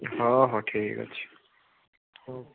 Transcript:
ହଉ ହଉ ଠିକ୍ ଅଛି ହଉ